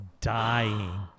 dying